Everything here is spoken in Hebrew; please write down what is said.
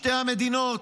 שתי המדינות,